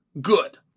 good